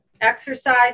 exercise